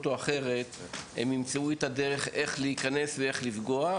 או אחרת ימצאו את הדרך להיכנס ולפגוע,